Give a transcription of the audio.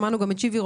וגם שמענו את שיבי,